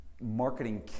marketing